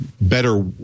better